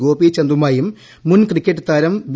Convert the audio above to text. ഗോപീചന്ദുമായും മുൻ ക്രിക്കറ്റ് താരം വി